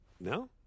No